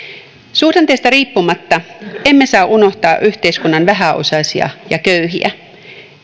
suhdanteista riippumatta emme saa unohtaa yhteiskunnan vähäosaisia ja köyhiä